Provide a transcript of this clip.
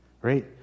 Right